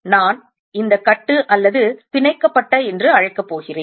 நான் இந்த கட்டு அல்லது பிணைக்கப்பட்ட என்று அழைக்க போகிறேன்